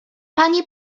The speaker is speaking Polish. pani